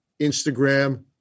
Instagram